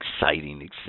exciting